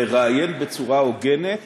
לראיין בצורה הוגנת